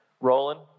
Roland